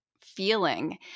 feeling